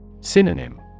Synonym